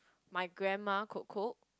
my grandma could cook